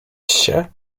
się